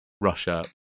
Russia